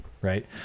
right